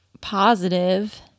positive